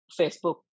Facebook